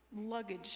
luggage